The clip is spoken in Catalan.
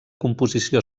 composició